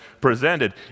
presented